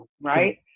Right